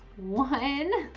one.